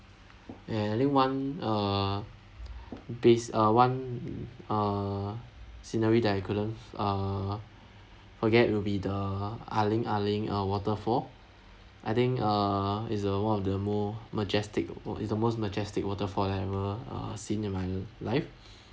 and then one uh based uh one uh scenery that I couldn't uh forget will be the aling-aling uh waterfall I think uh is the one of the more majestic uh is the most majestic waterfall that I've ever uh seen in my life